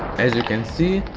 as you can see,